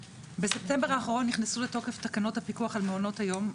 בספטמבר האחרון נכנסו לתוקף תקנות הפיקוח על מעונות היום,